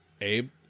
Abe